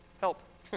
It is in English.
help